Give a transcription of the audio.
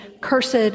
cursed